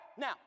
now